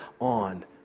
on